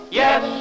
yes